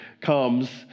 comes